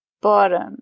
bottom